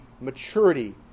maturity